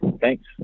thanks